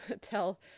tell